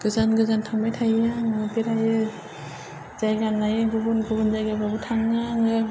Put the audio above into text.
गोजान गोजान थांबाय थायो आङो बेरायो जायगा नाययो गुबुन गुबुन जायगाफ्रावबो थाङो आङो